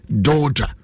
daughter